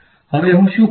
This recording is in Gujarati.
હવે હું શું કરું